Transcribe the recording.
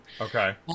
okay